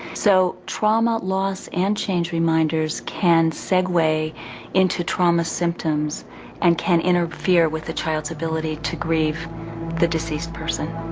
so, trauma, loss, and change reminders can segue into trauma symptoms and can interfere with the child's ability to grieve the deceased person.